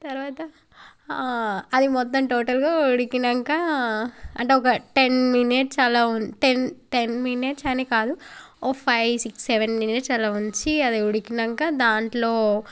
తర్వాత అది మొత్తం టోటల్గా ఉడికినాక దాకా అంటే ఒక టెన్ మినిట్స్ అలా టెన్ టెన్ మినిట్స్ అనే కాదు ఒక ఫైవ్ సిక్స్ సెవెన్ మినిట్స్ అలా ఉంచి అది ఉడికినాక దాంట్లో